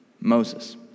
Moses